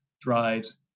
drives